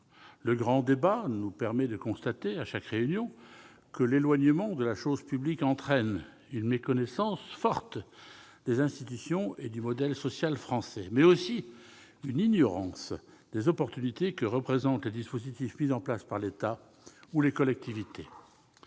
Le grand débat national nous permet de constater, à chaque réunion, que l'éloignement de la chose publique entraîne non seulement une méconnaissance forte des institutions et du modèle social français, mais aussi une ignorance des possibilités qu'offrent les dispositifs mis en place par l'État ou par les collectivités.